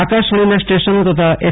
આકાશવાણીના સ્ટેશનો તથા એફ